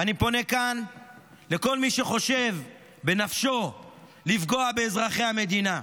ואני פונה כאן לכל מי שחושב בנפשו לפגוע באזרחי המדינה,